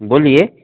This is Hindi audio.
बोलिए